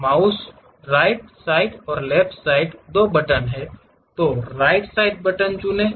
तो mouse right side और left side 2 button हैं और राइट साइड बटन चुनें